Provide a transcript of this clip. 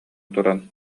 туран